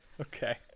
Okay